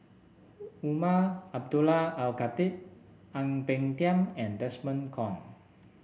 Umar Abdullah Al Khatib Ang Peng Tiam and Desmond Kon